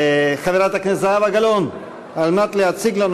חברת הכנסת זהבה גלאון על מנת להציג לנו